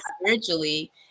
spiritually